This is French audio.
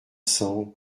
cents